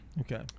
Okay